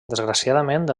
desgraciadament